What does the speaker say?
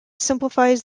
simplifies